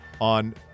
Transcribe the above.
on